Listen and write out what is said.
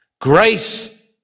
Grace